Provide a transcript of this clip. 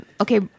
Okay